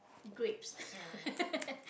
grapes